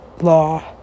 law